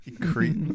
creep